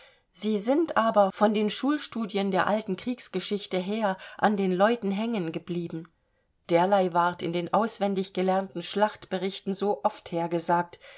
sie sind aber von den schulstudien der alten kriegsgeschichte her an den leuten hängen geblieben derlei ward in den auswendig gelernten schlachtberichten so oft hergesagt